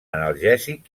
analgèsic